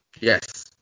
yes